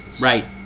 Right